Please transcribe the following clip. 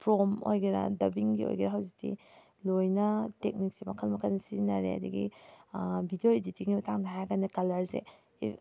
ꯄ꯭ꯔꯣꯝ ꯑꯣꯏꯒꯦꯔꯥ ꯗꯕꯤꯡꯒꯤ ꯑꯣꯏꯒꯦꯔꯥ ꯍꯧꯖꯤꯛꯇꯤ ꯂꯣꯏꯅ ꯇꯦꯛꯅꯤꯛꯁꯦ ꯃꯈꯜ ꯃꯈꯜ ꯁꯤꯖꯤꯟꯅꯔꯦ ꯑꯗꯒꯤ ꯕꯤꯗꯤꯑꯣ ꯏꯗꯤꯇꯤꯡꯒꯤ ꯃꯇꯥꯡꯗ ꯍꯥꯏꯔꯒꯅ ꯀꯂꯔꯁꯦ